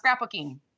scrapbooking